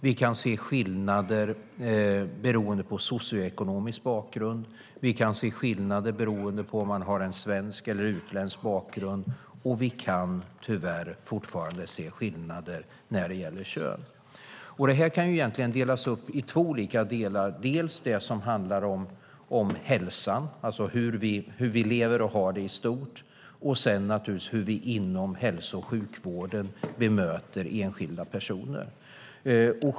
Vi kan skillnader beroende på socioekonomisk bakgrund. Vi kan se skillnader beroende på om man har svensk eller utländsk bakgrund. Och vi kan tyvärr fortfarande se skillnader när det gäller kön. Detta kan egentligen delas upp i två olika delar, dels det som handlar om hälsa, alltså hur vi lever och har det i stort, dels hur vi inom hälso och sjukvården bemöter enskilda personer.